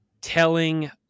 telling